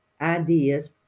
ideas